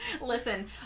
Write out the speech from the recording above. Listen